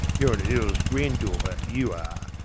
you're a earl's grendorter, you are.